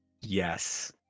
Yes